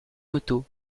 moto